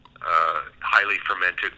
highly-fermented